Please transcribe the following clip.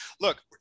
Look